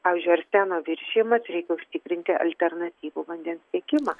pavyzdžiui arseno viršijimas reikia užtikrinti alternatyvų vandens tiekimą